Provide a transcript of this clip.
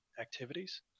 activities